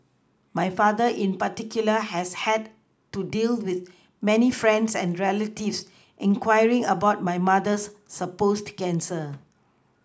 my father in particular has had to deal with many friends and relatives inquiring about my mother's supposed cancer